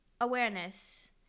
awareness